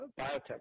biotech